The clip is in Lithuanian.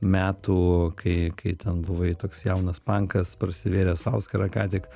metų kai kai ten buvai toks jaunas pankas prasivėręs auskarą ką tik